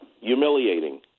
Humiliating